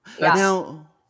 Now